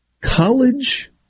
college